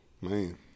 man